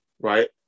right